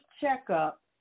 checkup